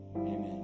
Amen